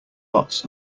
lots